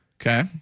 Okay